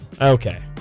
Okay